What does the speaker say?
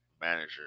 manager